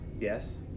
Yes